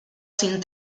sin